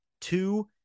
two